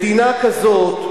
מדינה כזאת,